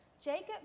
Jacob